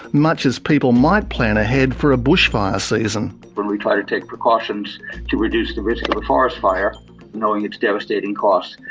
much as people might plan ahead for a bushfire season. when we try to take precautions to reduce the risk of a forest fire knowing its devastating cost,